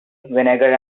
vinegar